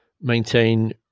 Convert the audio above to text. maintain